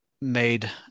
made